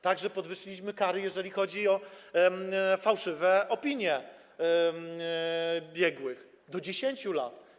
Także podwyższyliśmy kary, jeżeli chodzi o fałszywe opinie biegłych - do 10 lat.